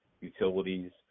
utilities